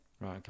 Right